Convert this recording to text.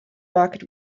market